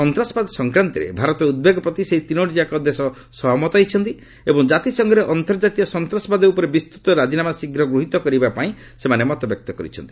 ସନ୍ତାସବାଦ ସଂକ୍ରାନ୍ତରେ ଭାରତର ଉଦ୍ବେଗ ପ୍ରତି ସେହି ତିନୋଟିଯାକ ଦେଶ ସହମତ ହୋଇଛନ୍ତି ଏବଂ ଜାତିସଂଘରେ ଅନ୍ତର୍ଜାତୀୟ ସନ୍ତାସବାଦ ଉପରେ ବିସ୍ତୁତ ରାଜିନାମା ଶୀଘ୍ର ଗୃହୀତ କରିବାପାଇଁ ମତବ୍ୟକ୍ତ କରିଛନ୍ତି